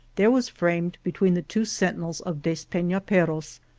there was framed between the two sentinels of despenaperros,